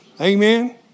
Amen